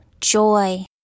joy